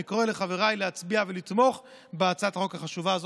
אני קורא לחבריי להצביע ולתמוך בהצעת החוק החשובה הזאת.